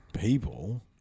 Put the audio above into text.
people